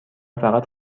فقط